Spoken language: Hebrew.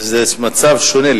זה מצב שונה.